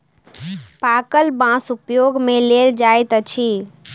पाकल बाँस उपयोग मे लेल जाइत अछि